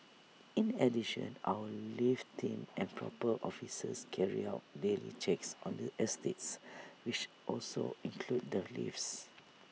in addition our lift team and proper officers carry out daily checks on the estates which also include the lifts